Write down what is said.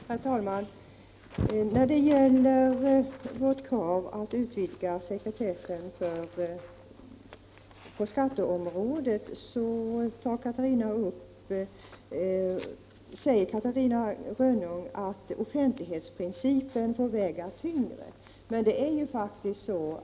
Herr talman! När det gäller vårt krav att utvidga sekretessen på skatteområdet, säger Catarina Rönnung att offentlighetsprincipen måste väga tyngre.